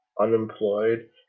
unemployed